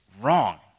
wrong